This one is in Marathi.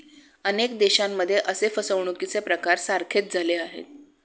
अनेक देशांमध्ये असे फसवणुकीचे प्रकार सारखेच झाले आहेत